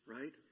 right